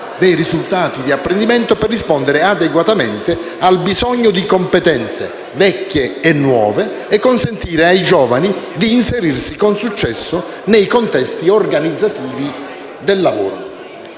dei risultati di apprendimento, per rispondere adeguatamente al bisogno di competenze, vecchie e nuove, e consentire ai giovani di inserirsi con successo nei contesti organizzativi del lavoro.